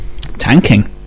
Tanking